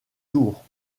tours